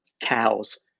cows